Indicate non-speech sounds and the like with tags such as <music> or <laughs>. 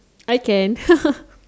I can <laughs>